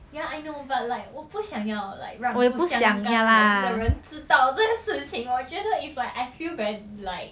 ya I know but like 我不想要 like 让不相干人的人知道这件事情我觉得 it's like I feel very like